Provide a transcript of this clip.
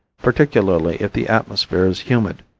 particularly if the atmosphere is humid,